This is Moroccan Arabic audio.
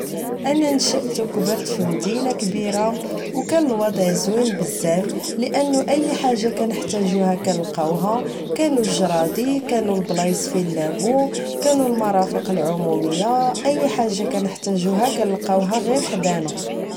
أنا نشأة أو كبرت فمدينة كبيرة أو كان الوضع زوين بزاف لأنو أي حاجة كنحتاجهوها كانلقوها كانو جرادي كانو البلايص فين لعبو كانو المرافق العمومية أي حاجة كنتحتاجوها كلقوها غير حدانا